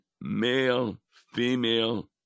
male-female